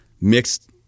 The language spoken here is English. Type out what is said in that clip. mixed